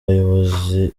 bayobozi